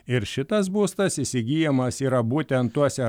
ir šitas būstas įsigyjamas yra būtent tuose